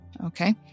Okay